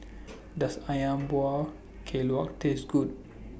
Does Ayam Buah Keluak Taste Good